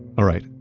alright,